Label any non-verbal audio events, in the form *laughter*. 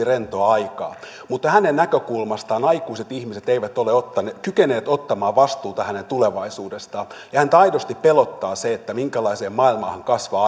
*unintelligible* rentoa aikaa mutta hänen näkökulmastaan aikuiset ihmiset eivät ole kyenneet ottamaan vastuuta hänen tulevaisuudestaan ja häntä aidosti pelottaa se minkälaiseen maailmaan hän kasvaa *unintelligible*